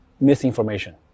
misinformation